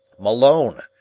malone,